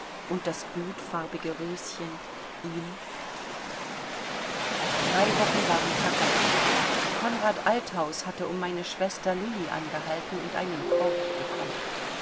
und das glutfarbige röschen ihm drei wochen waren vergangen konrad althaus hatte um meine schwester lilli angehalten und einen korb bekommen